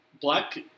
Black